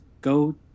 go